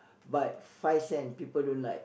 but five cent people don't like